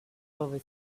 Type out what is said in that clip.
over